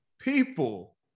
people